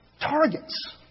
targets